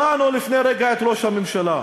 שמענו לפני רגע את ראש הממשלה.